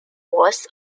was